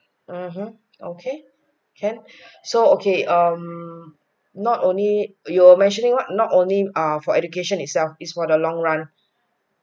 mmhmm okay can so okay um not only you're mentioning what not only ah for education itself its for the long run